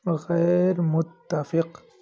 غیر متفق